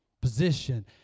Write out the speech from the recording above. position